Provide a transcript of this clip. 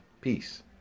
Peace